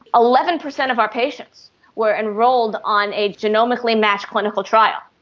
eleven percent of our patients were enrolled on a genomically matched clinical trials.